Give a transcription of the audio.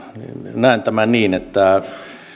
näen tämän niin että